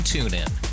TuneIn